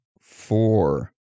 four